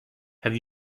have